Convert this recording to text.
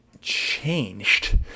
changed